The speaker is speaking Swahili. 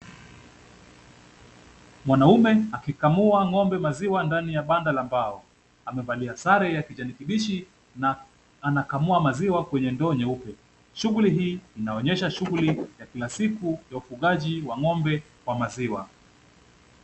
Mwanaume akikamua ng'ombe maziwa ndani ya banda la mbao, amevalia sare ya kijani kibichi na anakamua ng'ombe kwenye ndoo nyeupe. Shughuli hii inaonyesha shughuli ya kila siku ya ufugaji wa ng'ombe wa maziwa.